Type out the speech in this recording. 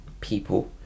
people